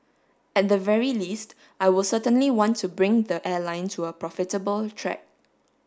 at the very least I will certainly want to bring the airline to a profitable track